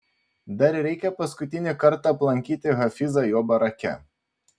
dar reikia paskutinį kartą aplankyti hafizą jo barake